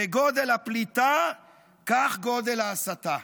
כגודל הפליטה כך גודל ההסטה,